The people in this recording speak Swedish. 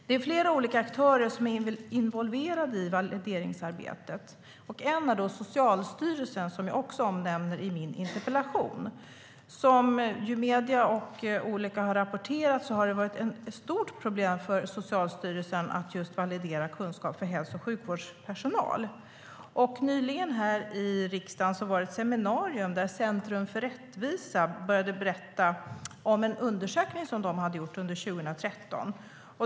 Det är flera olika aktörer som är involverade i valideringsarbetet, och en är Socialstyrelsen, som jag också nämner i min interpellation. Som har rapporterats i medierna har det varit ett stort problem för Socialstyrelsen att validera kunskap för hälso och sjukvårdspersonal. Nyligen var det ett seminarium här i riksdagen där Centrum för rättvisa berättade om en undersökning som de hade gjort under 2013.